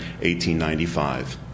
1895